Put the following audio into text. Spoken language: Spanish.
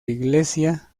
iglesia